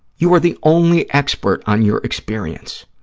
you are the only expert on your experience.